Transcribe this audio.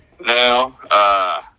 Now